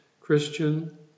Christian